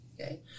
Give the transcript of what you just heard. Okay